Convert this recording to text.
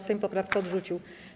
Sejm poprawkę odrzucił.